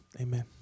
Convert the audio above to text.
Amen